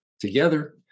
Together